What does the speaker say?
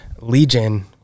Legion